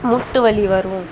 மூட்டு வலி வரும்